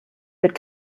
but